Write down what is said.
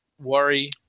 worry